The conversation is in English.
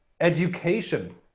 education